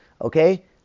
Okay